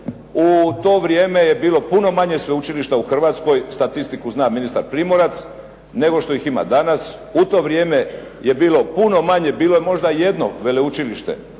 U to vrijeme je bilo puno manje sveučilišta u Hrvatskoj. Statistiku zna ministar Primorac nego što ih ima danas. U to vrijeme je bilo puno manje, bilo je možda jedno veleučilište,